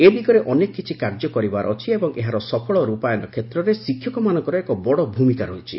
ଏ ଦିଗରେ ଅନେକ କିଛି କାର୍ଯ୍ୟ କରିବାର ଅଛି ଏବଂ ଏହାର ସଫଳ ରୂପାୟନ କ୍ଷେତ୍ରରେ ଶିକ୍ଷକମାନଙ୍କର ଏକ ବଡ଼ ଭୂମିକା ରହିଛି